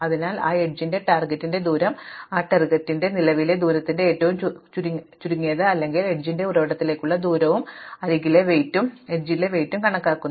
അതിനാൽ നിങ്ങൾ ആ എഡ്ജിന്റെ ടാർഗറ്റിന്റെ ദൂരം ആ ടാർഗറ്റിന്റെ നിലവിലെ ദൂരത്തിന്റെ ഏറ്റവും ചുരുങ്ങിയത് അല്ലെങ്കിൽ എഡ്ജിന്റെ ഉറവിടത്തിലേക്കുള്ള ദൂരവും അരികിലെ ഭാരവും കണക്കാക്കുന്നു